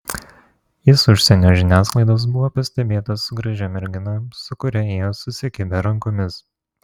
jis užsienio žiniasklaidos buvo pastebėtas su gražia mergina su kuria ėjo susikibę rankomis